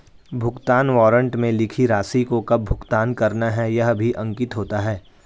भुगतान वारन्ट में लिखी राशि को कब भुगतान करना है यह भी अंकित होता है